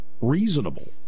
reasonable